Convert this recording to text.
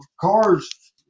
cars